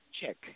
check